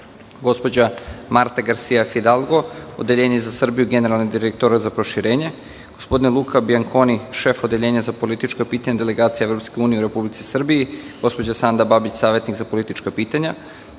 gospođa Marta Garsija Fidalgo, Odeljenje za Srbiju, Generalni direktorat za proširenje, gospodin Luka Bjankoni, šef Odeljenja za politička pitanja, Delegacija Evropske unije u Republici Srbiji, gospođa Sanda Babić, savetnik za politička pitanja,